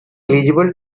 eligible